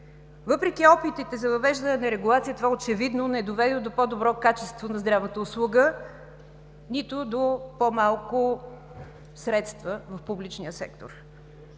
Въпреки опитите за въвеждане на регулация, това очевидно не доведе до по-добро качество на здравната услуга, нито до по-малко средства в публичния сектор.